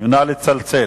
נא לצלצל.